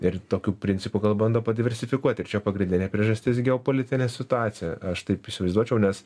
ir tokiu principu gal bando padiversifikuoti ir čia pagrindinė priežastis geopolitinė situacija aš taip įsivaizduočiau nes